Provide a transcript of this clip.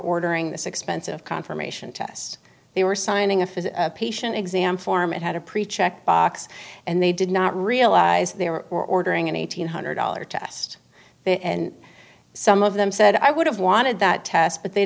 ordering this expensive confirmation test they were signing a fifth patient exam form it had a pre check box and they did not realize they were ordering an eight hundred dollar test and some of them said i would have wanted that test but they